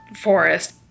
forest